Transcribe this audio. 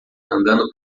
andando